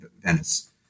Venice